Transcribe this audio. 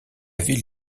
ville